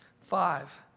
Five